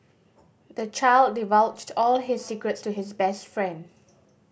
the child divulged all his secrets to his best friend